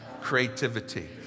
creativity